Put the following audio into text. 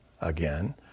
again